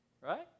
right